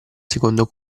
secondo